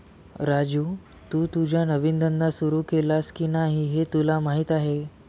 राजू, तू तुझा नवीन धंदा सुरू केलास की नाही हे तुला माहीत आहे